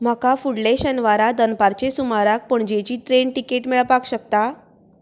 म्हाका फुडले शेनवारा दनपारचे सुमाराक पणजेची ट्रेन तिकेट मेळपाक शकता